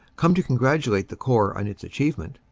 come to congratulate the corps on its achievement,